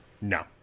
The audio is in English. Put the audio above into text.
No